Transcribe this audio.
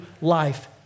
life